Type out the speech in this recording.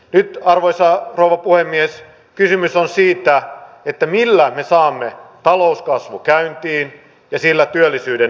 nyt arvoisa rouva puhemies kysymys on siitä millä me saamme talouskasvun käyntiin ja sillä työllisyyden nostettua